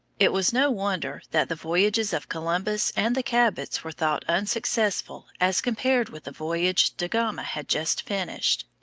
it was no wonder that the voyages of columbus and the cabots were thought unsuccessful as compared with the voyage da gama had just finished.